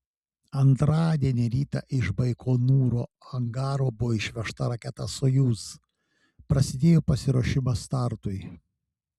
antradienį rytą iš baikonūro angaro buvo išvežta raketa sojuz prasidėjo pasiruošimas startui